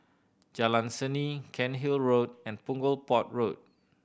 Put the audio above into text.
Jalan Seni Cairnhill Road and Punggol Port Road